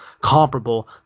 comparable